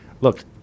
look